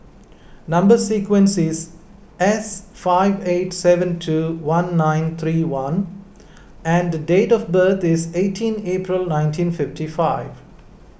Number Sequence is S five eight seven two one nine three one and date of birth is eighteen April nineteen fifty five